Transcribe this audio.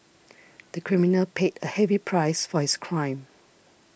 the criminal paid a heavy price for his crime